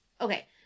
okay